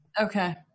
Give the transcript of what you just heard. Okay